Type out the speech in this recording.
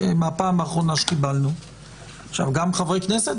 גם חברי כנסת,